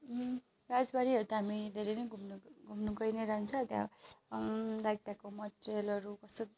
राजबाडीहरू त हामी धेरै नै घुम्नु घुम्नु गई नै रहन्छौँ त्यहाँ लाइक त्यहाँको माहोलहरू कस्तो